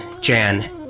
Jan